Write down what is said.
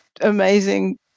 amazing